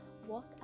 Walk